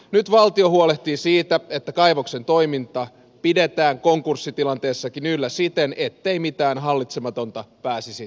nyt valtio huolehtii siitä että kaivoksen toiminta pidetään konkurssitilanteessakin yllä siten ettei mitään hallitsematonta pääsisi tapahtumaan